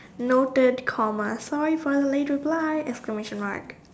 no third coma sorry for the late reply exclamation mark